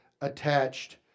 attached